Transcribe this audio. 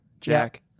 Jack